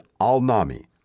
Al-Nami